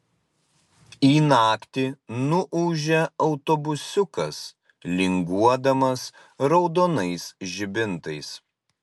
į naktį nuūžia autobusiukas linguodamas raudonais žibintais